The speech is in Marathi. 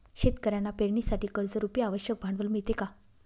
शेतकऱ्यांना पेरणीसाठी कर्जरुपी आवश्यक भांडवल मिळते का?